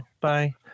Bye